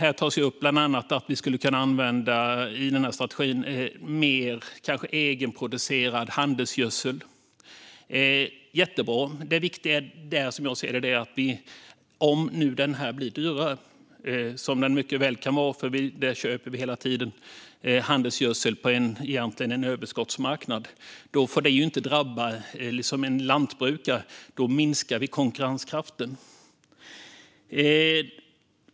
I strategin tas bland annat upp att vi skulle kunna använda mer egenproducerad handelsgödsel - jättebra. Det viktiga är då att om handelsgödseln blir dyrare, vilket den mycket väl kan bli eftersom vi hela tiden egentligen köper handelsgödsel på en överskottsmarknad, så får det inte drabba lantbrukaren, för då minskar vi konkurrenskraften.